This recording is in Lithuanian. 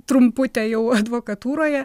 trumputę jau advokatūroje